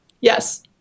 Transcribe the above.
Yes